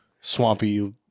swampy